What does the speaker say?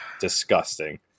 disgusting